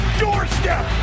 doorstep